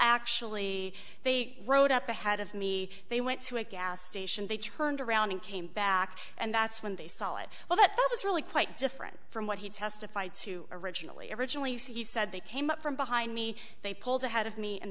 actually they rode up ahead of me they went to a gas station they turned around and came back and that's when they saw it well that was really quite different from what he testified to originally originally so he said they came up from behind me they pulled ahead of me and